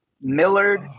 Millard